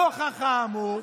נוכח האמור,